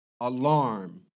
alarm